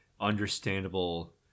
understandable